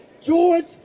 George